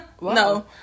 no